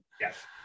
Yes